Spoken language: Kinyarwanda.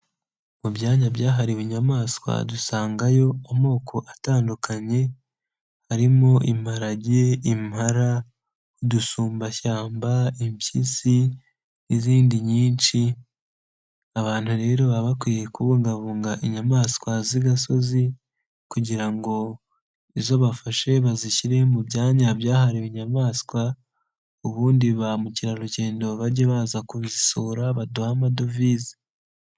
Mu byanya byahariwe inyamaswa, dusangayo amoko atandukanye harimo: imparage, impala, udusumbashyamba, impyisi n'izindi nyinshi. Abantu rero baba bakwiye kubungabunga inyamaswa z'igasozi kugira ngo izo bafashe bazishyire mu byanya byahawe inyamaswa, ubundi ba mukerarugendo bajye baza kubisura, baduhe amadovize.